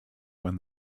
when